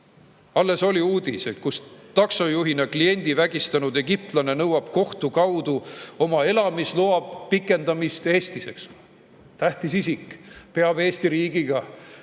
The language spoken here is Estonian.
Alles oli uudis, et taksojuhina kliendi vägistanud egiptlane nõuab kohtu kaudu oma elamisloa pikendamist Eestis. Tähtis isik, kes peab Eesti riigiga